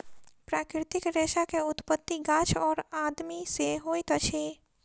प्राकृतिक रेशा के उत्पत्ति गाछ और आदमी से होइत अछि